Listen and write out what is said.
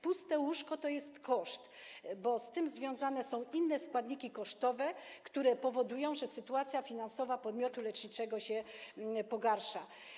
Puste łóżko to jest koszt, bo z tym związane są inne składniki kosztowe, które powodują, że sytuacja finansowa podmiotu leczniczego się pogarsza.